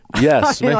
Yes